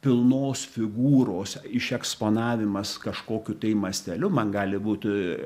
pilnos figūros išeksponavimas kažkokiu tai masteliu man gali būt